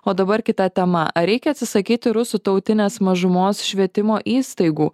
o dabar kita tema ar reikia atsisakyti rusų tautinės mažumos švietimo įstaigų